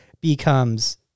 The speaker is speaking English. becomes